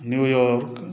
New York